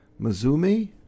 Mizumi